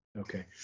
Okay